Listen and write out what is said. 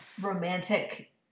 romantic